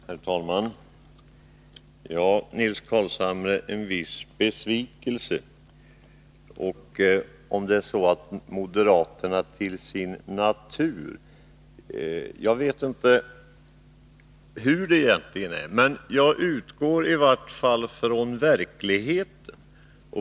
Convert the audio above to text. Herr talman! Ja, Nils Carlshamre, jag vet inte hur det egentligen är beträffande en viss besvikelse och moderaternas natur. Men jag utgår i vart fall från verkligheten.